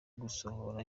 gusohoza